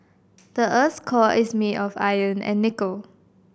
the earth's core is made of iron and nickel